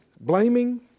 blaming